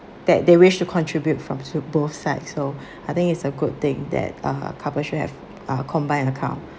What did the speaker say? that they wish to contribute from to both side so I think it's a good thing that uh couple should have uh combined account